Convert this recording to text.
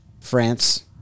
France